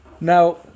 Now